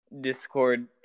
Discord